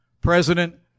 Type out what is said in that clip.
President